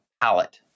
palette